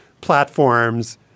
platforms